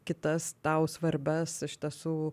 kitas tau svarbias iš tiesų